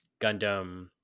Gundam